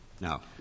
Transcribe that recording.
Now